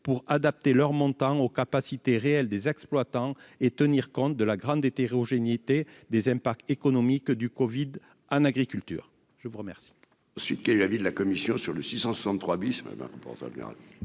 pour adapter leur montant aux capacités réelles des exploitants et pour tenir compte de la grande hétérogénéité des impacts économiques du covid-19 en agriculture. Quel